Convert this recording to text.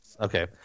Okay